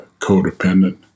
codependent